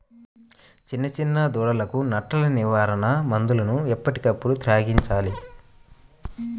చిన్న చిన్న దూడలకు నట్టల నివారణ మందులను ఎప్పటికప్పుడు త్రాగించాలి